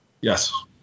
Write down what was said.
Yes